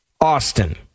Austin